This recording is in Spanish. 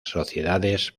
sociedades